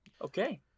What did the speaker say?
okay